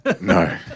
No